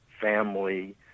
family